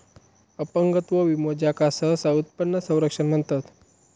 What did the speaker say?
अपंगत्व विमो, ज्याका सहसा उत्पन्न संरक्षण म्हणतत